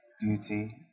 beauty